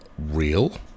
real